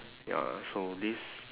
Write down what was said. ya so this